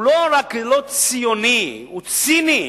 הוא לא רק לא ציוני אלא הוא ציני.